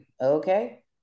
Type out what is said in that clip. Okay